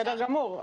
בסדר גמור.